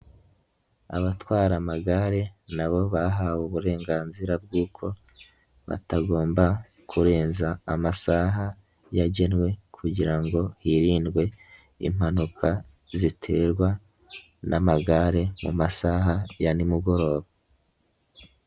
Abatwara amagare nabo bahawe uburenganzira bw'uko batagomba kurenza amasaha yagenwe kugira ngo hirindwe impanuka ziterwa n'amagare mu masaha ya ni mugoroba.